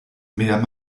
mehr